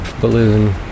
balloon